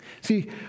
See